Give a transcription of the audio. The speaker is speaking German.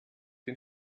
den